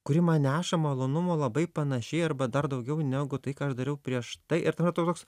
kuri man neša malonumo labai panašiai arba dar daugiau negu tai ką aš dariau prieš tai ir tada tau toks